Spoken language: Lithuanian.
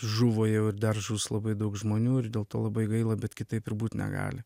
žuvo jau ir dar žus labai daug žmonių ir dėl to labai gaila bet kitaip ir būt negali